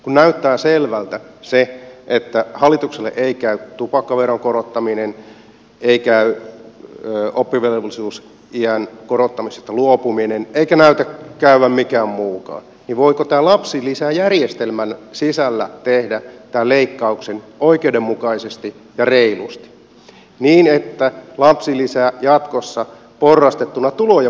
kun näyttää selvältä se että hallitukselle ei käy tupakkaveron korottaminen ei käy oppivelvollisuusiän korottamisesta luopuminen eikä näytä käyvän mikään muukaan niin voiko tämän lapsilisäjärjestelmän sisällä tehdä tämän leikkauksen oikeudenmukaisesti ja reilusti niin että lapsilisä olisi jatkossa porrastettuna tulojen mukaan